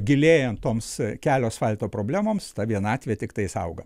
gilėjant toms kelio asfalto problemoms ta vienatvė tiktais auga